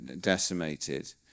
decimated